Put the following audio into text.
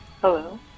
Hello